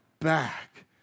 back